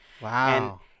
Wow